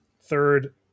Third